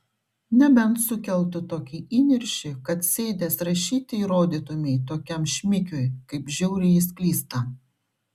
nebent sukeltų tokį įniršį kad sėdęs rašyti įrodytumei tokiam šmikiui kaip žiauriai jis klysta